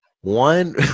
one